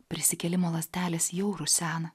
prisikėlimo ląstelės jau rusena